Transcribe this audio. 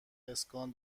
اسکان